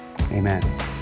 Amen